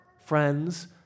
friends